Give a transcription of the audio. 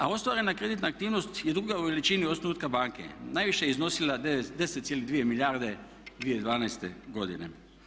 A ostvarena kreditna aktivnost je druga u veličini osnutka banke, najviše je iznosila 10,2 milijarde 2012.godine.